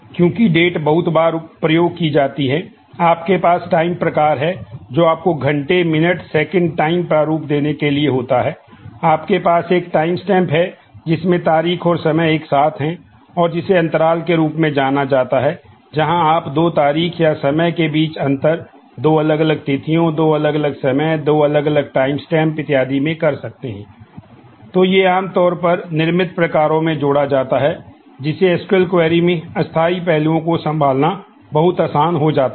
क्योंकि डेट में अस्थाई पहलुओं को संभालना बहुत आसान हो जाता है